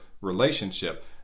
relationship